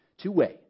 Two-way